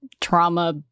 trauma